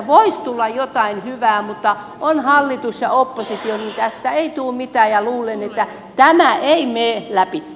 voisi tulla jotain hyvää mutta kun on hallitus ja oppositio niin tästä ei tule mitään ja luulen että tämä ei mene läpi